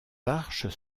arches